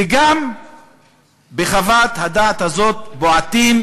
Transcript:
וגם בחוות הדעת הזאת בועטים,